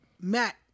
Matt